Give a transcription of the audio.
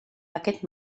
aquest